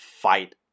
fight